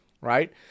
Right